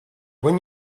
when